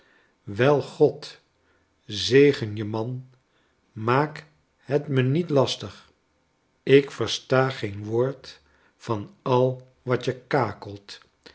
wel god zegen je man maak het me niet lastig ik verstageen woord van al wat je kakelt